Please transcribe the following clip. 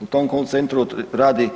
U tom Call centru radi